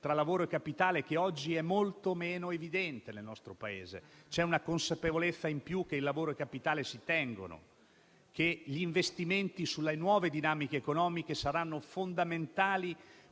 tra lavoro e capitale che oggi è molto meno evidente nel nostro Paese. C'è una consapevolezza in più che lavoro e capitale si tengono, che gli investimenti sulle nuove dinamiche economiche saranno fondamentali